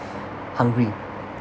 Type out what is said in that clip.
hungry